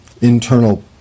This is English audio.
internal